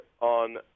on